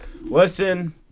Listen